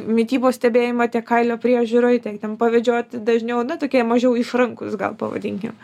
mitybos stebėjime tiek kailio priežiūroj ten pavedžioti dažniau na tokie mažiau išrankūs gal pavadinkim